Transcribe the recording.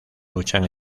luchan